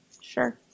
sure